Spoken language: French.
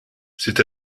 c’est